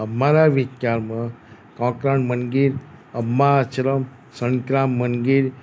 અમારા વિચારમાં કોનકર મણગીર અમ્મા આશ્રમ સંતરામ મંદિર